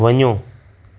वञो